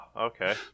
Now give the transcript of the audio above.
okay